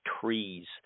trees